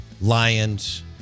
Lions